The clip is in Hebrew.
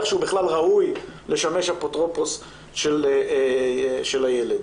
שהוא בכלל ראוי לשמש אפוטרופוס של הילד.